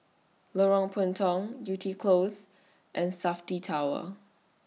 Lorong Puntong Yew Tee Close and Safti Tower